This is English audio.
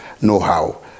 know-how